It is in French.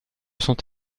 sont